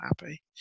happy